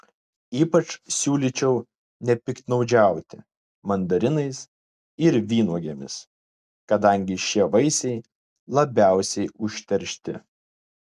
ypač siūlyčiau nepiktnaudžiauti mandarinais ir vynuogėmis kadangi šie vaisiai labiausiai užteršti